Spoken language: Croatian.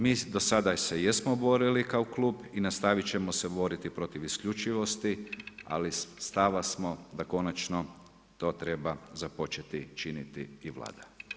Mi do sada se jesmo borili kao klub i nastaviti ćemo se boriti protiv isključivosti ali stava smo da konačno to treba započeti činiti i Vlada.